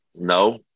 No